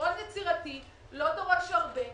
פתרון יצירתי, לא דורש הרבה.